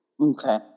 Okay